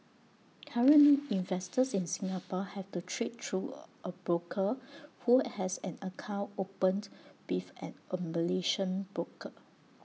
currently investors in Singapore have to trade through A broker who has an account opened with an A Malaysian broker